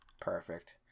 Perfect